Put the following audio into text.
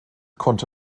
konnte